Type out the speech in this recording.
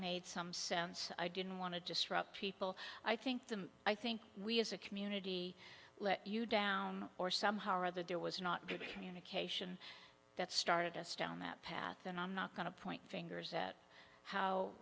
made some sense i didn't want to disrupt people i think them i think we as a community let you down or somehow or other there was not good communication that started us down that path and i'm not going to point fingers